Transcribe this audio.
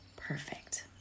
Perfect